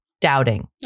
doubting